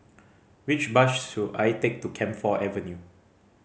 which bus should I take to Camphor Avenue